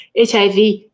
HIV